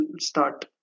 start